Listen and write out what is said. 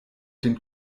den